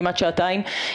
כמעט שעתיים.